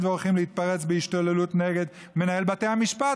ולאורחים להתפרץ בהשתוללות נגד מנהל בתי המשפט,